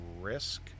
risk